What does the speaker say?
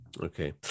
Okay